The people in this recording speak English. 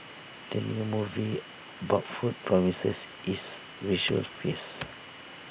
the new movie about food promises is visual feast